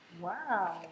Wow